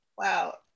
Wow